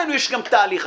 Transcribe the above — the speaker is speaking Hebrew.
יש גם תהליך.